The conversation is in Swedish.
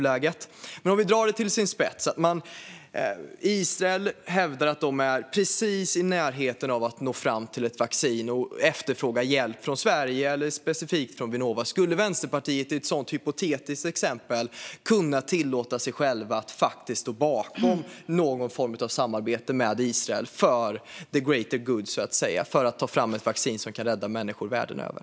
Låt oss då dra det till sin spets: Om Israel hävdar att de är nära att framställa ett vaccin och ber om hjälp från Sverige eller specifikt Vinnova, skulle Vänsterpartiet i ett sådant hypotetiskt exempel kunna tillåta sig att stå bakom någon form av samarbete med Israel för the greater good, alltså att ta fram ett vaccin som kan rädda människor världen över?